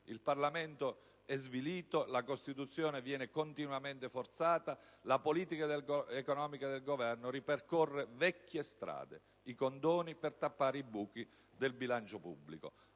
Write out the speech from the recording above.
Il Parlamento è svilito, la Costituzione viene continuamente forzata, la politica economica del Governo ripercorre vecchie strade, cioè i condoni per tappare i buchi del bilancio pubblico.